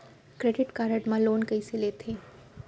Credit card मा loan कइसे लेथे?